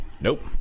nope